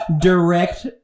direct